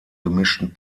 gemischten